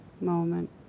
moment